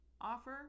offer